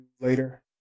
later